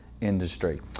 industry